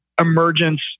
emergence